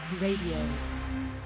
radio